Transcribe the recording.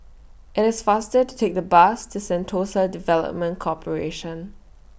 IT IS faster to Take The Bus to Sentosa Development Corporation